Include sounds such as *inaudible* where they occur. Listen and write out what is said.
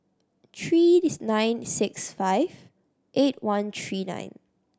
three *unintelligible* nine six five eight one three nine